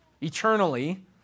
eternally